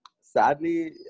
Sadly